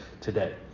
today